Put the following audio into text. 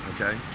Okay